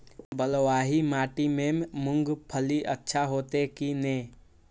बलवाही माटी में मूंगफली अच्छा होते की ने?